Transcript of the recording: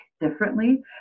differently